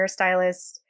hairstylist